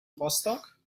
rostock